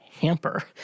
hamper